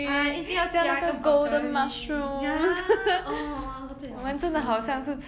ya 一定要加那个 broccoli ya orh 最好吃了